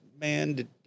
man